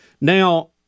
Now